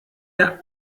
der